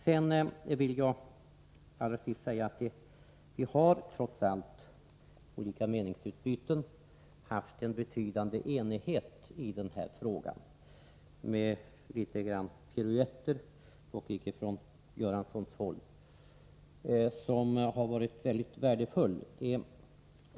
Låt mig till sist säga att det trots meningsutbyten har rått en betydande enighet i den här frågan. Det har förekommit en del piruetter i debatten, dock icke från Bengt Göranssons håll.